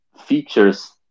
features